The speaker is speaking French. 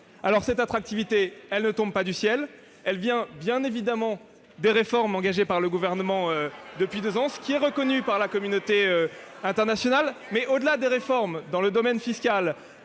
emploi. Cette attractivité, elle ne tombe pas du ciel : elle vient bien évidemment des réformes engagées par le Gouvernement depuis deux ans, ce qui est reconnu par la communauté internationale. Mais, au-delà des réformes dans le domaine fiscal,